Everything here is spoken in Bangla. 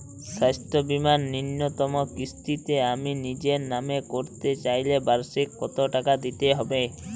স্বাস্থ্য বীমার ন্যুনতম কিস্তিতে আমি নিজের নামে করতে চাইলে বার্ষিক কত টাকা দিতে হবে?